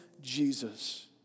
Jesus